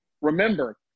Remember